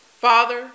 Father